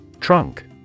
Trunk